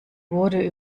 wurde